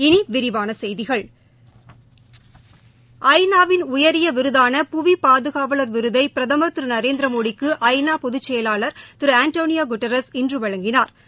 இனி விரிவான செய்திகள் ஐ நா வின் உயரிய விருதான புவி பாதுகாவலர் விருதை பிரதமர் திரு நரேந்திரமோடிக்கு ஐ நா பொதுச்செயலாளா் திரு ஆண்டோனியோ குட்டாரஸ் இன்று வழங்கினாா